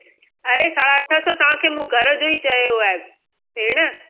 अड़े साढा अठ सौ तव्हांखे मूं घर जो ई चयो आहे भेण